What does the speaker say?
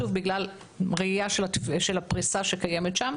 שוב, בגלל ראייה של הפריסה שקיימת שם.